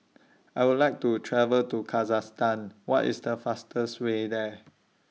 I Would like to travel to Kazakhstan What IS The fastest Way There